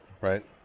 right